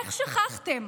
איך שכחתם?